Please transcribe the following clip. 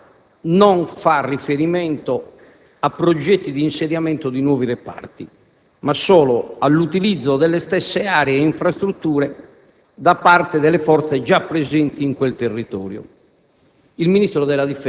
La richiesta non fa riferimento a progetti di insediamento di nuovi reparti, ma solo all'utilizzo delle stesse aree e infrastrutture da parte delle forze già presenti in quel territorio.